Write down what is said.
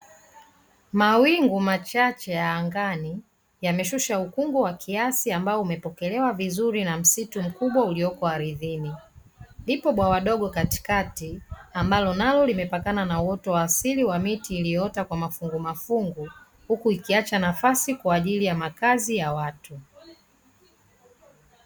Mawingu machache ya angani yameshusha ukungu wa kiasi ambao umepokelewa vizuri na msitu mkubwa uliopo ardhini, lipo bwawa dogo katikati ambalo nalo limepakana na uoto wa asili wa miti iliyoota kwa mafungumafungu, huku ikiacha nafasi kwa ajili ya makazi ya watu.